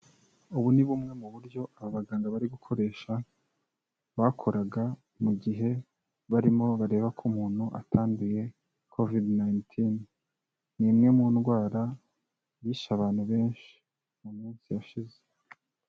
Ubu ni bumwe mu buryo aba baganga bari gukoresha, bakoraga mu gihe barimo bareba ko umuntu atanduduye covid-19, ni imwe mu ndwara yishe abantu benshi mu minsi yashize.